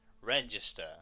register